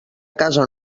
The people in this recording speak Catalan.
casa